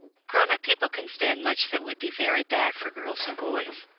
grown-up people can stand much that would be very bad for girls and boys.